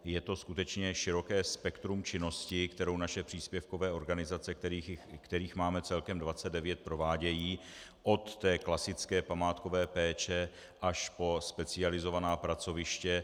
Je to skutečně široké spektrum činnosti, kterou naše příspěvkové organizace, kterých máme celkem 29, provádějí, od té klasické památkové péče až po specializovaná pracoviště.